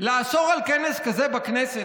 לאסור כנס כזה בכנסת,